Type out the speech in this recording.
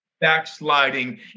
backsliding